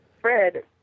Fred